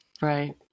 Right